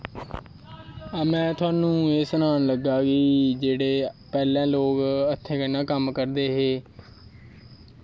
हां में तोहानू एह् सनान लगा कि जेह्ड़े पैह्लैं लोग हत्थै कन्नैं कम्म करदे हे